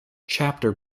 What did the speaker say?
chapter